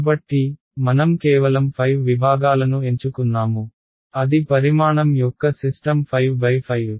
కాబట్టి మనం కేవలం 5 విభాగాలను ఎంచుకున్నాము అది పరిమాణం యొక్క సిస్టమ్ 5 x 5